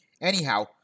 Anyhow